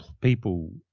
people